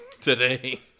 today